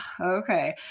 okay